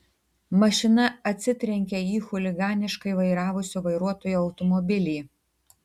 mašina atsitrenkė į chuliganiškai vairavusio vairuotojo automobilį